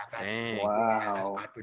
Wow